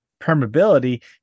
permeability